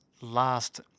last